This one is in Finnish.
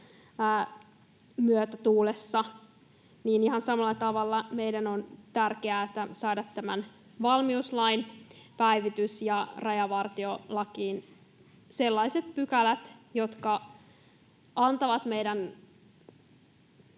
myötätuulessa — ihan samalla tavalla meidän on tärkeää saada tämä valmiuslain päivitys ja rajavartiolakiin sellaiset pykälät, jotka antavat meidän